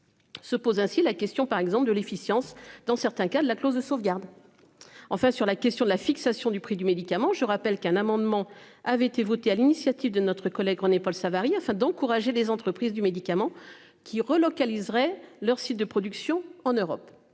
Se pose ainsi la question par exemple de l'efficience dans certains cas de la clause de sauvegarde. Enfin sur la question de la fixation du prix du médicament. Je rappelle qu'un amendement avait été voté à l'initiative de notre collègue René-Paul Savary afin d'encourager les entreprises du médicament qui relocalisent. Leur site de production en Europe.